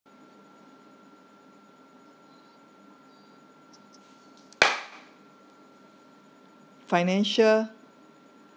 financial